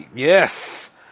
Yes